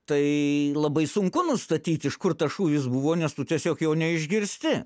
tai labai sunku nustatyt iš kur tas šūvis buvo nes tu tiesiog jo neišgirsti